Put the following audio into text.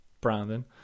Brandon